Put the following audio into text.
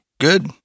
Good